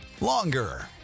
longer